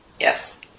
Yes